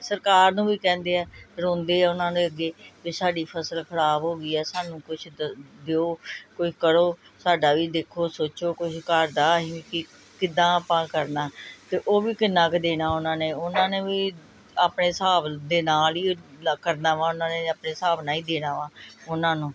ਸਰਕਾਰ ਨੂੰ ਵੀ ਕਹਿੰਦੇ ਆ ਰੋਂਦੇ ਆ ਉਹਨਾਂ ਦੇ ਅੱਗੇ ਵੀ ਸਾਡੀ ਫਸਲ ਖਰਾਬ ਹੋ ਗਈ ਹੈ ਸਾਨੂੰ ਕੁਛ ਦੇ ਦਿਓ ਕੁਛ ਕਰੋ ਸਾਡਾ ਵੀ ਦੇਖੋ ਸੋਚੋ ਕੁਛ ਘਰ ਦਾ ਅਸੀਂ ਵੀ ਕਿੱਦਾਂ ਆਪਾਂ ਕਰਨਾ ਅਤੇ ਉਹ ਵੀ ਕਿੰਨਾ ਕੁ ਦੇਣਾ ਉਹਨਾਂ ਨੇ ਉਹਨਾਂ ਨੇ ਵੀ ਆਪਣੇ ਹਿਸਾਬ ਦੇ ਨਾਲ ਹੀ ਲ ਕਰਨਾ ਵਾ ਉਹਨਾਂ ਨੇ ਆਪਣੇ ਹਿਸਾਬ ਨਾਲ ਹੀ ਦੇਣਾ ਵਾ ਉਹਨਾਂ ਨੂੰ